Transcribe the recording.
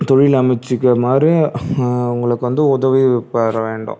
தொழில் அமைத்துக்கிற மாதிரி அவங்களுக்கு வந்து உதவி பெற வேண்டும்